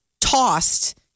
tossed